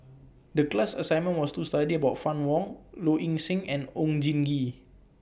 The class assignment was to study about Fann Wong Low Ing Sing and Oon Jin Gee